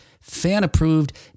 fan-approved